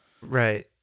Right